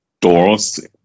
doors